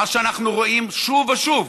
מה שאנחנו רואים שוב ושוב,